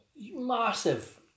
massive